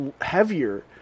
heavier